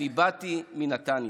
אני באתי מנתניה.